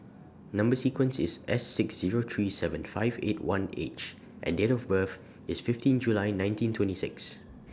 Number sequence IS S six Zero three seven five eight one H and Date of birth IS fifteen July nineteen twenty six